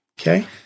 Okay